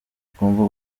tugomba